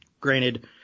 granted